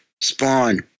spawn